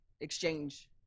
exchange